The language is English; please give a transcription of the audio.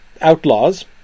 outlaws